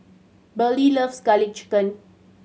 Beryl loves Garlic Chicken